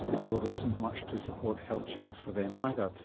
although there isn't much to support health checks for them either,